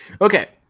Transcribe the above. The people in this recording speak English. Okay